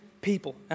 people